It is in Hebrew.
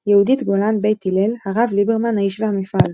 יהודית גולן, בית הלל הרב ליברמן - האיש והמפעל.